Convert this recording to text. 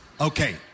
Okay